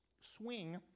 swing